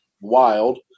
wild